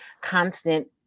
constant